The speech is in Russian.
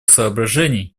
соображений